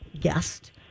guest